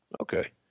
Okay